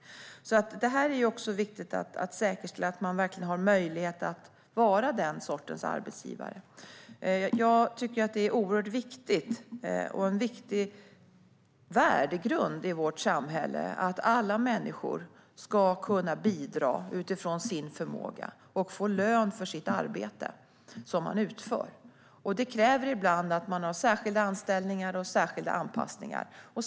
Det är viktigt att säkerställa att man verkligen har möjlighet att vara den sortens arbetsgivare. Det är oerhört viktigt och även en viktig värdegrund i vårt samhälle att alla människor ska kunna bidra utifrån sin förmåga och få lön för det arbete de utför. Det kräver ibland att man har särskilda anställningar och anpassningar.